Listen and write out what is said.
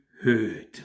heard